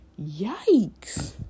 Yikes